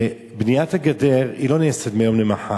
ובניית הגדר לא נעשית מהיום למחר,